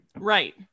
Right